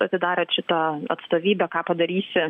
atidarėt šitą atstovybę ką padarysi